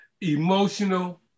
emotional